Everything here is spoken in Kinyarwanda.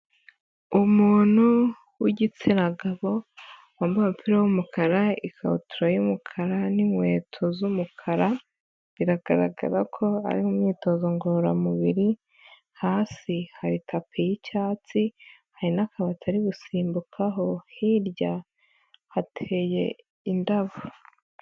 Umuntu w'igitsina gabo wambaye umupira w'umukara, ikabutura y'umukara n'inkweto z'umukara, biragaragara ko ari mu myitozo ngororamubiri, hasi hari tapi y'icyatsi hari n'akantu ko ari gusimbukaho, hirya hateye indabo.